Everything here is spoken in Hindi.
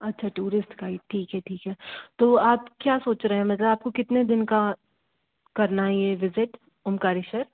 अच्छा टूरिस्ट गाइड ठीक है ठीक है तो आप क्या सोच रहे हैं मतलब आपको कितने दिन का करना है ये विजिट ओंकारेश्वर